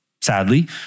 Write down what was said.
sadly